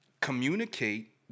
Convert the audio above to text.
communicate